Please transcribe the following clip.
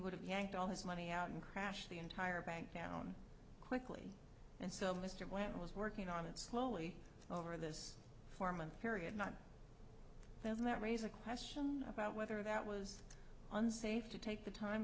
would have yanked all his money out and crash the entire bank down quickly and so mr white was working on it slowly over this four month period not that might raise a question about whether that was unsafe to take the time